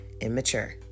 Immature